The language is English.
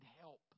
help